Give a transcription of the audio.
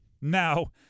now